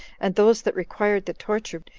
and those that required the torture,